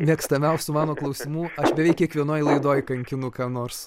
mėgstamiausių mano klausimų aš beveik kiekvienoj laidoj kankinu ką nors